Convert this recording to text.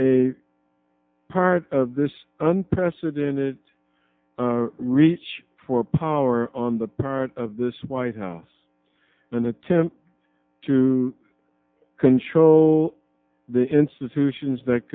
a part of this unprecedented reach for power on the part of this white house an attempt to can show the institutions that